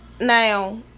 Now